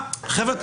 חבר'ה,